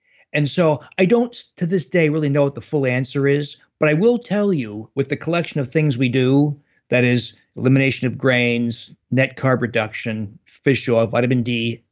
and so i don't till this day really know what the full answer is, but i will tell you with the collection of things we do that is elimination of grains, net carb reduction, fish oil vitamin d,